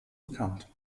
bekannt